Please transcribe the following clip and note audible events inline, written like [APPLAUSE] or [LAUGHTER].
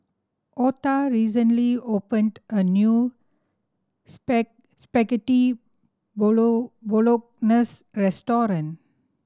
Otha recently opened a new [UNINTELLIGIBLE] Spaghetti [UNINTELLIGIBLE] Bolognese restaurant